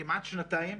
כמעט שנתיים,